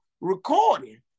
recording